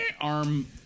arm